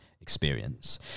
experience